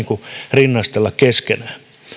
rinnastella keskenään